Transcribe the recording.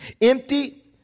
Empty